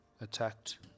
attacked